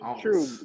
True